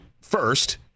first